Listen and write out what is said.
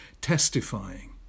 testifying